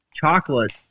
chocolate